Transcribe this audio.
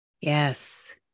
Yes